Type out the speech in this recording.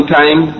time